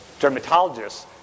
dermatologists